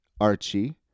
Archie